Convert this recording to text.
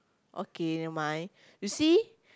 okay never mind you see